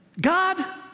God